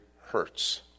hurts